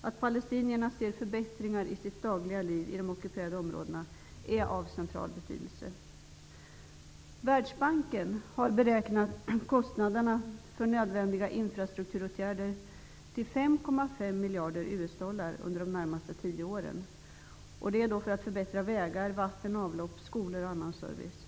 Att palestinierna ser förbättringar i sitt dagliga liv i de ockuperade områdena är av central betydelse. Världsbanken har beräknat kostnaderna för nödvändiga infrastrukturåtgärder till 5,5 miljarder US-dollar under de närmaste tio åren. Det gäller kostnader för att förbättra vägar, vatten och avlopp, skolor och annan service.